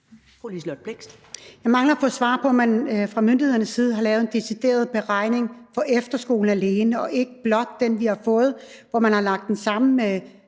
Jeg mangler at få svar på, om man fra myndighedernes side har lavet en decideret beregning af efterskoler alene, og ikke blot den, vi har fået, hvor man har lagt den sammen